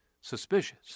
suspicious